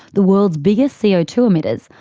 the world's biggest c o two emitters,